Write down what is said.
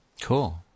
Cool